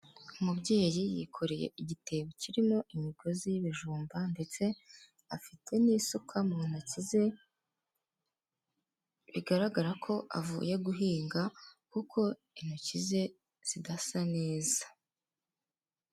Umubyeyi yikoreye igitebo kirimo imigozi y'ibijumba ndetse afite n'isuka mu ntoki ze, bigaragara ko avuye guhinga kuko intoki ze zidasa neza.